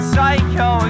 Psycho